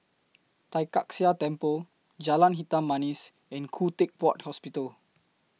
Tai Kak Seah Temple Jalan Hitam Manis and Khoo Teck Puat Hospital